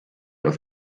auf